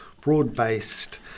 broad-based